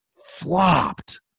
flopped